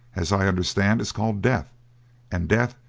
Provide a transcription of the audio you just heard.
as i understand, is called death and death,